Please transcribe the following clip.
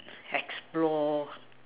explore